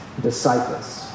disciples